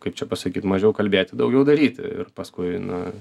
kaip čia pasakyt mažiau kalbėti daugiau daryti ir paskui na